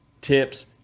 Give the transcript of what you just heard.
tips